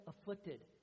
afflicted